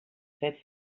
fet